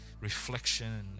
reflection